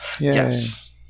Yes